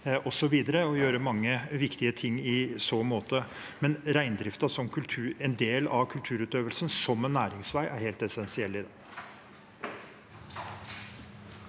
og gjøre mange viktige ting i så måte. Reindriften som en del av kulturutøvelsen og som næringsvei er helt essensiell i det.